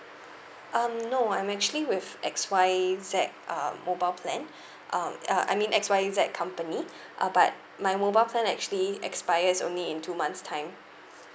um no I'm actually with X Y Z uh mobile plan um uh I mean X Y Z company uh but my mobile plan actually expires only in two months' time